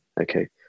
Okay